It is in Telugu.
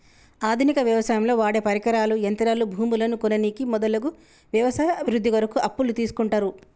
ఆధునిక వ్యవసాయంలో వాడేపరికరాలు, యంత్రాలు, భూములను కొననీకి మొదలగు వ్యవసాయ అభివృద్ధి కొరకు అప్పులు తీస్కుంటరు